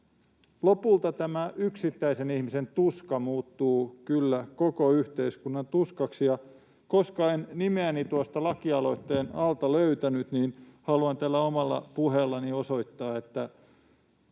Lopulta tämä yksittäisen ihmisen tuska muuttuu kyllä koko yhteiskunnan tuskaksi. Koska en nimeäni tuosta lakialoitteen alta löytänyt, haluan tällä omalla puheellani osoittaa, että